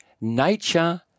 nature